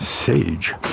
Sage